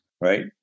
right